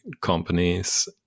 companies